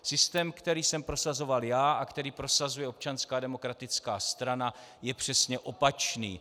Systém, který jsem prosazoval já a který prosazuje Občanská demokratická strana, je přesně opačný.